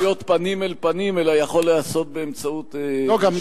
זה לא חייב להיות פנים אל פנים אלא יכול להיעשות באמצעות שלוח.